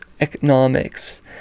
economics